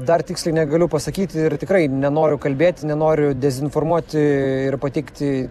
dar tiksliai negaliu pasakyti ir tikrai nenoriu kalbėti nenoriu dezinformuoti ir pateikti